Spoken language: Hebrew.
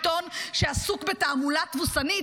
עיתון שעסוק בתעמולה תבוסתנית.